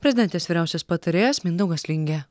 prezidentės vyriausias patarėjas mindaugas lingė